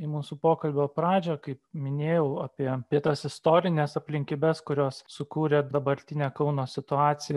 į mūsų pokalbio pradžią kaip minėjau apie apie tas istorines aplinkybes kurios sukūrė dabartinę kauno situaciją